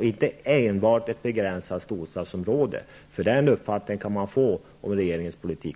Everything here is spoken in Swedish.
inte enbart ett begränsat storstadsområde, får tillgång till investeringarna. Den uppfattningen kan man för närvarande få av regeringens politik.